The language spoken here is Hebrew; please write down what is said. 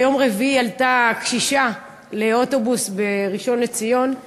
ביום רביעי עלתה קשישה לאוטובוס בראשון-לציון,